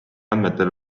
andmetel